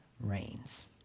reigns